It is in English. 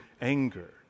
anger